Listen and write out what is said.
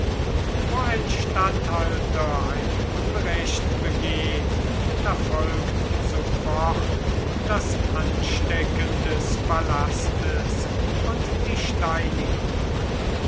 wo ein statthalter ein unrecht begeht da folgt sofort das anstecken des palastes und die steinigung